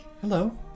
Hello